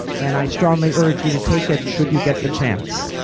and i strongly urge you to take it, should you get the chance.